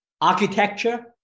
architecture